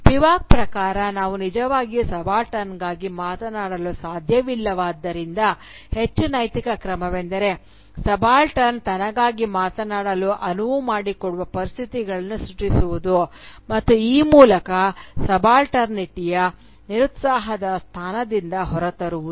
Spivak ಪ್ರಕಾರ ನಾವು ನಿಜವಾಗಿಯೂ ಸಬಾಲ್ಟರ್ನಗಾಗಿ ಮಾತನಾಡಲು ಸಾಧ್ಯವಿಲ್ಲವಾದ್ದರಿಂದ ಹೆಚ್ಚು ನೈತಿಕ ಕ್ರಮವೆಂದರೆ ಸಬಾಲ್ಟರ್ನ್ ತನಗಾಗಿ ಮಾತನಾಡಲು ಅನುವು ಮಾಡಿಕೊಡುವ ಪರಿಸ್ಥಿತಿಗಳನ್ನು ಸೃಷ್ಟಿಸುವುದು ಮತ್ತು ಆ ಮೂಲಕ ಸಬಾಲ್ಟರ್ನಿಟಿಯ ನಿರುತ್ಸಾಹದ ಸ್ಥಾನದಿಂದ ಹೊರತರುವುದು